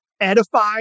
edified